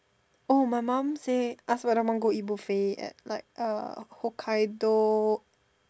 oh my mom say ask whether want go eat buffet at like uh Hokkaido